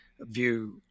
view